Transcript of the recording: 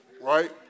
right